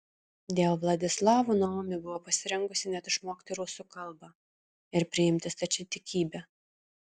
dėl vladislavo naomi buvo pasirengusi net išmokti rusų kalbą ir priimti stačiatikybę